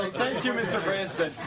thank you, mr. president.